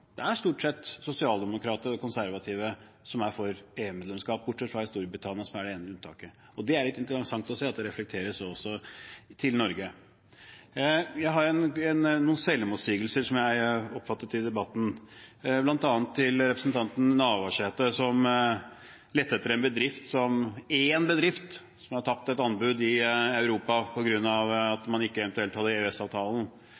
Det er stort sett sosialdemokrater og konservative som er for EU-medlemskap, bortsett fra i Storbritannia, som er det ene unntaket, og det er litt interessant å se at det reflekteres også til Norge. Jeg har oppfattet noen selvmotsigelser i debatten. Representanten Navarsete lette etter en bedrift – én bedrift – som hadde tapt et anbud i Europa